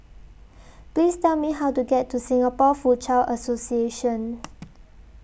Please Tell Me How to get to Singapore Foochow Association